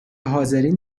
حاضرین